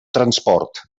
transport